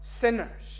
sinners